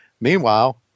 Meanwhile